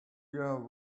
your